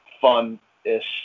fun-ish